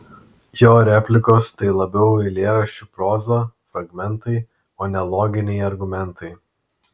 jo replikos tai labiau eilėraščių proza fragmentai o ne loginiai argumentai